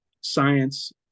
science